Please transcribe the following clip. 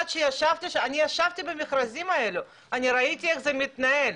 אני ישבתי במכרזים האלו, אני ראיתי איך זה מתנהל.